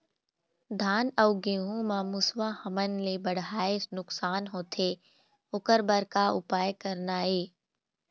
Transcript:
धान अउ गेहूं म मुसवा हमन ले बड़हाए नुकसान होथे ओकर बर का उपाय करना ये?